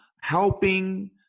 helping